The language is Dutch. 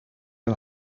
een